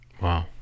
wow